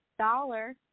Dollar